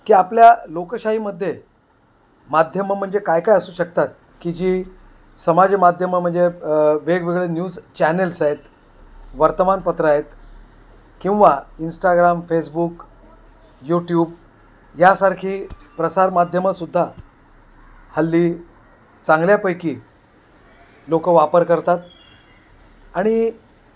की आपल्या लोकशाहीमध्ये माध्यमं म्हणजे काय काय असू शकतात की जी समाज माध्यमं म्हणजे वेगवेगळे न्यूज चॅनल्स आहेत वर्तमानपत्रं आहेत किंवा इंस्टाग्राम फेसबुक यूट्यूब यासारखी प्रसारमाध्यमंसुद्धा हल्ली चांगल्यापैकी लोकं वापर करतात आणि